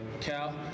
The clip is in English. Cal